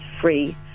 free